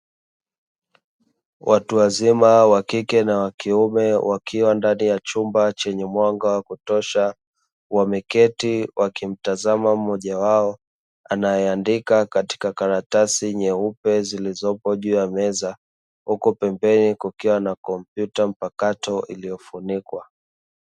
Watu wazima wa kike na wa kiume wakiwa ndani ya chumba chenye mwanga wa kutosha wameketi wakimtazama mmoja wao anayeandika katika karatasi nyeupe zilizopo juu ya meza, huku pembeni kukiwa na kompyuta mpakato iliyofunikwa.